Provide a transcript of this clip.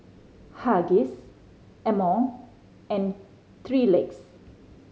Huggies Amore and Three Legs